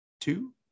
two